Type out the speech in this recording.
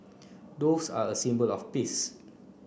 doves are a symbol of peace